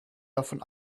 davon